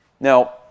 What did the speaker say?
Now